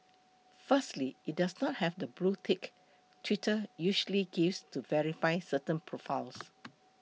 firstly it does not have the blue tick Twitter usually gives to verify certain profiles